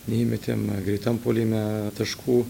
neįmetėm greitam puolime taškų